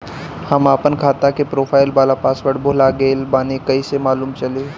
हम आपन खाता के प्रोफाइल वाला पासवर्ड भुला गेल बानी कइसे मालूम चली?